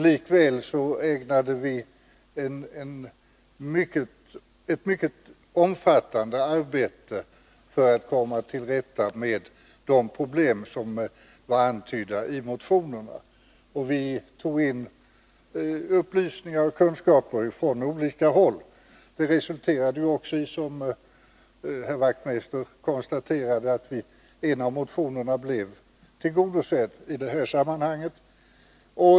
Likväl ägnade vi ett mycket omfattande arbete åt att komma till rätta med de problem som var antydda i motionerna, och vi tog in upplysningar och kunskaper från olika håll. Det resulterade i, som Hans Wachtmeister konstaterade, att en av motionerna blev tillgodosedd i detta sammanhang.